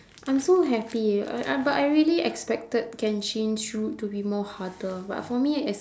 I'm so happy uh but I really expected can change route to be more harder but for me is